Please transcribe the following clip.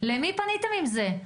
למי פניתם עם זה?